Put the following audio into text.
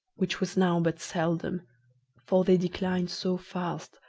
which was now but seldom for they declined so fast,